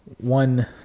one